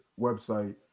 website